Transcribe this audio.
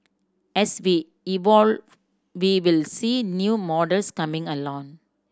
as we evolve we will see new models coming along